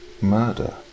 murder